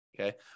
Okay